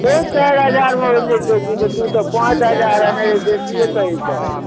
तीन चारि हजारमे होइ छै चौकी तू तऽ पाँच हजार अनेरे बेसिए कहै छहक